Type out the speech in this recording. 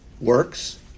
works